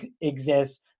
exists